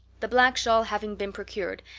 the black shawl having been procured,